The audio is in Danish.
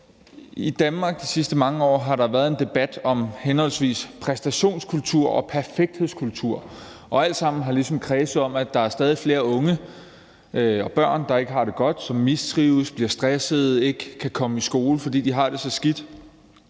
i Danmark de sidste mange år har været en debat om henholdsvis præstationskultur og perfekthedskultur, og det har alt sammen ligesom kredset om, at der er stadig flere unge og børn, der ikke har det godt, som mistrives, bliver stressede og ikke kan komme i skole, fordi de har det så skidt.